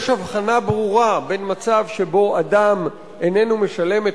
יש הבחנה ברורה בין מצב שבו אדם איננו משלם את